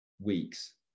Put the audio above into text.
weeks